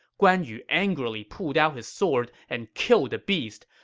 guan yu angrily pulled out his sword and killed the beast,